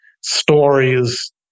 stories